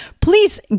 please